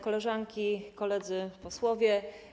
Koleżanki i Koledzy Posłowie!